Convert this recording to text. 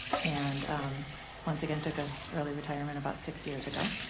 and once again took a early retirement about six years ago.